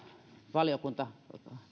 valiokunta